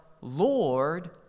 Lord